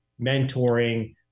mentoring